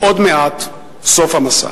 עוד מעט סוף המסע.